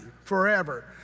forever